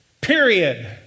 period